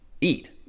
eat